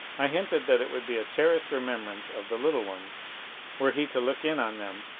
i hinted that it would be a cherished remembrance of the little ones were he to look in on them,